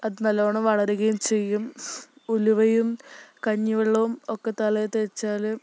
അതു നല്ലവണ്ണം വളരുകയും ചെയ്യും ഉലുവയും കഞ്ഞിവെള്ളവും ഒക്കെ തലയില് തേച്ചാല്